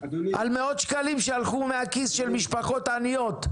על מאות שקלים שהלכו מהכיס של משפחות עניות,